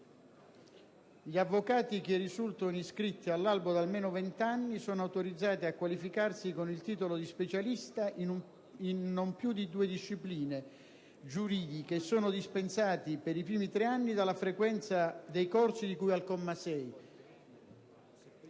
«Gli avvocati che risultano iscritti all'albo da almeno venti anni sono autorizzati a qualificarsi con il titolo di specialista in non più di due discipline giuridiche e sono dispensati, per i primi tre anni, dalla frequenza dei corsi di cui al comma 6».